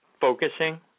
focusing